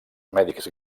mèdics